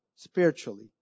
Spiritually